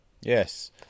Yes